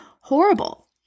horrible